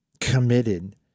committed